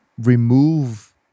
remove